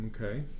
Okay